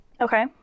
okay